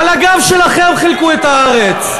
עכשיו, על הגב שלכם חילקו את הארץ.